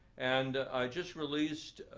and i just released,